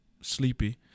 Sleepy